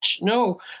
No